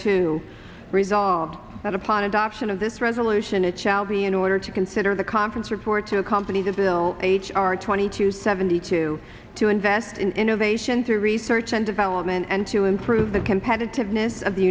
two resolve that upon adoption of this resolution it shall be in order to consider the conference report to accompany the bill h r twenty two seventy two to invest in innovation through research and development and to improve the competitor ness of the